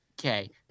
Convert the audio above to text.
Okay